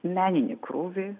meninį krūvį